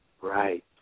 right